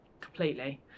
completely